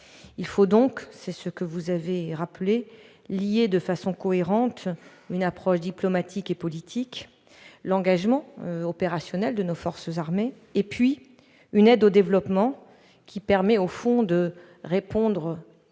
Il faut, vous l'avez rappelé, lier de façon cohérente une approche diplomatique et politique- l'engagement opérationnel de nos forces armées -avec une aide au développement qui permet, au fond, de répondre